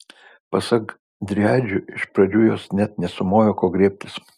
pasak driadžių iš pradžių jos net nesumojo ko griebtis